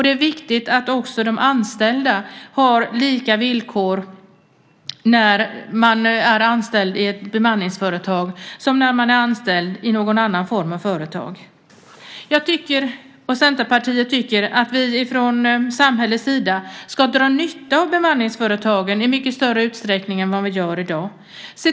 Det är viktigt att också de anställda har samma villkor i ett bemanningsföretag som i någon annan form av företag. Jag och Centerpartiet tycker att samhället ska dra nytta av bemanningsföretagen i mycket större utsträckning än vad som sker i dag.